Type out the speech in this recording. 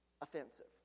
offensive